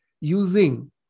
using